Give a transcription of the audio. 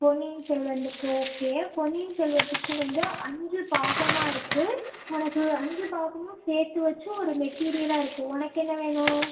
பொன்னியின் Selvan book okay Ponniyin Selvan book வந்து அஞ்சு பாகமாக இருக்குது உனக்கு அஞ்சு பாகமும் சேர்த்து வெச்சி ஒரு மெட்டீரியலாக இருக்குது உனக்கு என்ன வேணும்